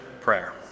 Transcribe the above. Prayer